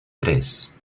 tres